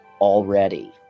already